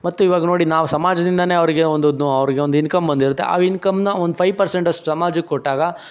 ಮತ್ತು ಈವಾಗ ನೋಡಿ ನಾವು ಸಮಾಜದಿಂದಲೇ ಅವ್ರಿಗೆ ಒಂದು ದ್ ಅವ್ರಿಗೊಂದು ಇನ್ಕಮ್ ಬಂದಿರುತ್ತೆ ಆ ಇನ್ಕಮ್ನ ಒಂದು ಫೈವ್ ಪರ್ಸೆಂಟಷ್ಟು ಸಮಾಜಕ್ಕೆ ಕೊಟ್ಟಾಗ